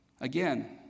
Again